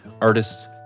artists